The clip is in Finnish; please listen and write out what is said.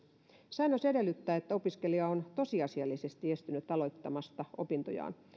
säännös edellyttää että opiskelija on tosiasiallisesti estynyt aloittamasta opintojaan